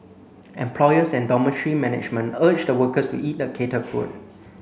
employers and dormitory management urge the workers to eat the catered food